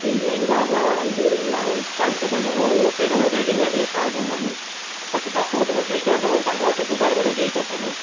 हीअ लैंगा त आंटी कोन्ह सुभंदा आहियूं हू पहिरियों या रेडीमेड ई असां वटि हूंदा आहिनि बाक़ी तव्हां सूट बुशेट चओ त हू तव्हांजा असां सिबाइ करे ॾई था सघूं